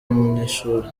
umunyeshuri